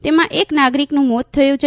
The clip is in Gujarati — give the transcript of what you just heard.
તેમાં એક નાગરીકનું મોત થયું છે